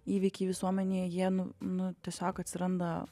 įvykiai visuomenėj jie nu nu tiesiog atsiranda